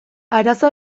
arazo